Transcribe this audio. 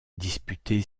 disputé